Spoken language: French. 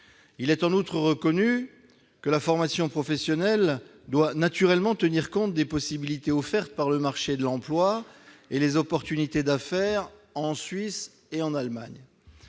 Il est en outre reconnu que la formation professionnelle doit tenir compte des possibilités offertes par le marché de l'emploi et des opportunités d'affaires en Suisse et en Allemagne.